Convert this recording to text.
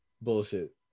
Bullshit